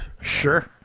sure